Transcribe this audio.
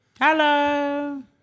Hello